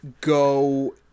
go